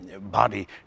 body